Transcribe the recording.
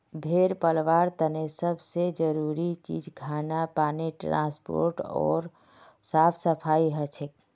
भेड़ पलवार तने सब से जरूरी चीज खाना पानी ट्रांसपोर्ट ओर साफ सफाई हछेक